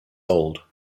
old